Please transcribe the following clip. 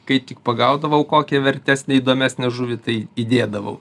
kai tik pagaudavau kokią vertesnę įdomesnę žuvį tai įdėdavau